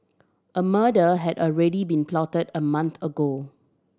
a murder had already been plotted a month ago